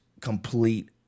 complete